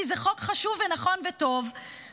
כי זה חוק חשוב ונכון וטוב.